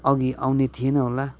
अघि आउने थिएन होला